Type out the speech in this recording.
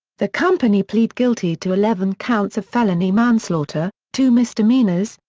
the company plead guilty to eleven counts of felony manslaughter, two misdemeanors,